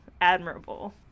admirable